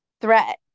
threat